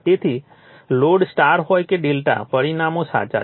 તેથી load star હોય કે Δ પરિણામો સાચા છે